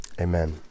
Amen